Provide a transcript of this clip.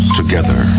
together